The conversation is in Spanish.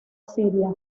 siria